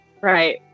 Right